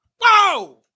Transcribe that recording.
whoa